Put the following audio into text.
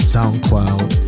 SoundCloud